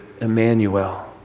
Emmanuel